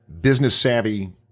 business-savvy